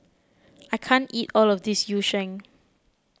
I can't eat all of this Yu Sheng